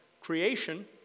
creation